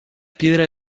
piedra